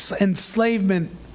enslavement